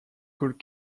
could